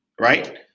right